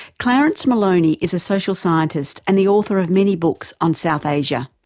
clarence maloney is a social scientist and the author of many books on south asia.